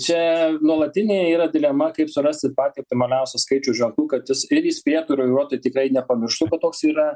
čia nuolatinė yra dilema kaip surasti patį optimaliausią skaičių ženklų kad jis ir įspėtų ir vairuotojai tikrai nepamirštų kad toks yra